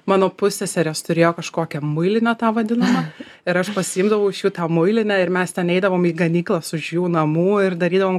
mano pusseserės turėjo kažkokią muilinę tą vadinamą ir aš pasiimdavau iš jų tą muilinę ir mes ten eidavom į ganyklas už jų namų ir darydavom